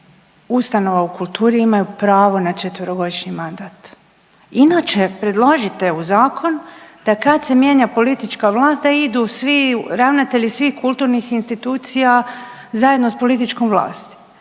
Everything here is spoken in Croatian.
ustanova u kulturi imaju pravo na četverogodišnji mandat. Inače predlažite u zakon da kad se mijenja politička vlast da idu svi ravnatelji svih kulturnih institucija zajedno sa političkom vlasti.